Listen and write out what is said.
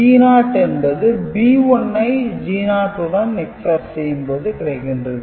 B0 என்பது B1 ஐ G0 உடன் XOR செய்யும் போதும் கிடைக்கின்றது